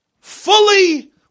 fully